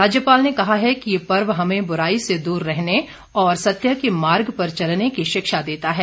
राज्यपाल ने कहा कि ये पर्व हमे बुराई से दूर रहने और सत्य के मार्ग पर चलने की शिक्षा देता है